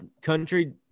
country